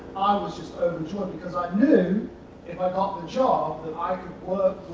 was just overjoyed because i knew if i got the job that i could